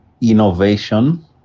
innovation